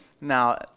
now